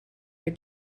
your